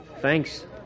Thanks